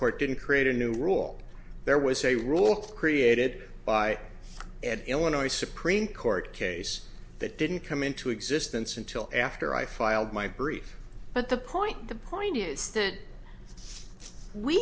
court didn't create a new rule there was a rule created by an illinois supreme court case that didn't come into existence until after i filed my brief but the point the point is that we